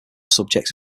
subject